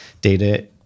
data